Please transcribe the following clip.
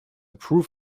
proof